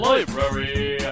Library